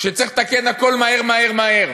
שצריך לתקן הכול מהר מהר מהר